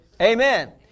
Amen